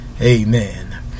amen